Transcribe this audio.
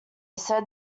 said